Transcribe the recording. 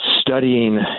studying